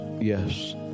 Yes